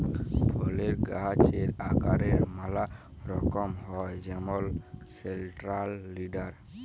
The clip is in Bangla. ফলের গাহাচের আকারের ম্যালা রকম হ্যয় যেমল সেলট্রাল লিডার